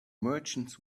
merchants